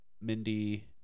Mindy